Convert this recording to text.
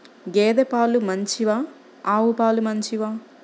గేద పాలు మంచివా ఆవు పాలు మంచివా?